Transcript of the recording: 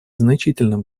значительным